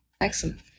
Excellent